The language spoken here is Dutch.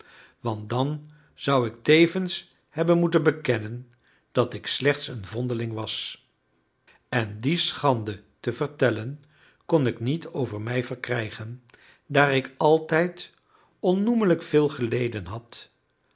want dan zou ik tevens hebben moeten bekennen dat ik slechts een vondeling was en die schande te vertellen kon ik niet over mij verkrijgen daar ik altijd onnoemlijk veel geleden had